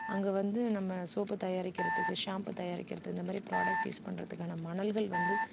அங்கே வந்து நம்ம சோப்பு தயாரிக்கிறதுக்கு ஷாம்பு தயாரிக்கிறதுக்கு இந்தமாதிரி ப்ராடக்ட் யூஸ் பண்ணுறதுக்கு மணல்கள் வந்து